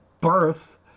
birth